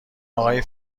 آقای